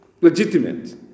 legitimate